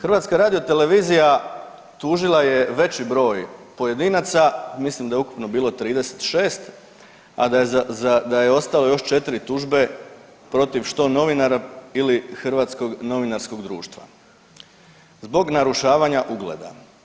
HRT tužila je veći broj pojedinaca, mislim da je ukupno bilo 36, a da je ostalo još 4 tužbe, protiv, što novinara ili Hrvatskog novinarskog društva zbog narušavanja ugleda.